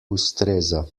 ustreza